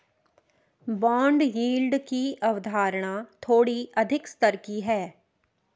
bond yield की अवधारणा थोड़ी अधिक स्तर की है